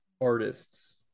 artists